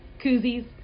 koozies